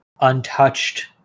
untouched